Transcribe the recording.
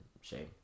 shame